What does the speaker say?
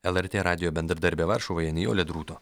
lrt radijo bendradarbė varšuvoje nijolė drūto